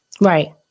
Right